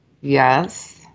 Yes